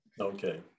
Okay